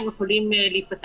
הם יכולים להיפתח